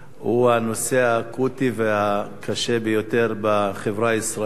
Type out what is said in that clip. הוא הנושא האקוטי והקשה ביותר בחברה הישראלית.